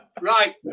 Right